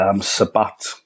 Sabat